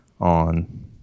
on